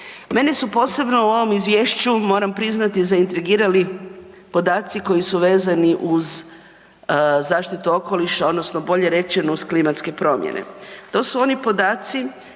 Mene su posebno u ovom Izvješću, moramo priznati, zaintrigirali podaci koji su vezani uz zaštitu okoliša odnosno bolje rečeno uz klimatske promjene.